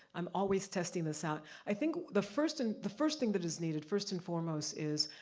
i'm always testing this out. i think the first and the first thing that is needed, first and foremost is,